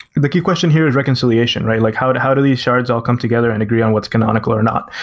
the key question here is reconciliation, right? like how and how do these shards all come together and agree on what's canonical or not?